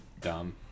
dumb